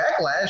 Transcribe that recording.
backlash